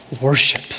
worship